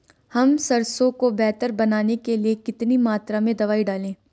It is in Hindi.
हम सरसों को बेहतर बनाने के लिए कितनी मात्रा में दवाई डालें?